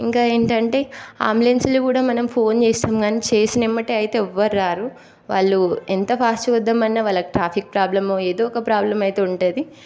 ఇంకా ఏంటంటే అంబులెన్సులు కూడా మనం ఫోన్ చేస్తాము కానీ చేసినమ్మటే అయితే ఎవ్వరు రారు వాళ్ళు ఎంత ఫాస్ట్గా వద్దాం అన్నా వాళ్ళకి ట్రాఫిక్ ప్రాబ్లం ఏదో ఒక ప్రాబ్లం అయితే ఉంటుంది